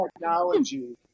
technology